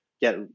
get